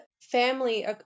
family